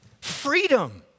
Freedom